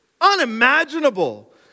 unimaginable